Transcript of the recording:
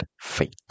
Faith